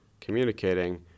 communicating